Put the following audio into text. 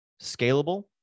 scalable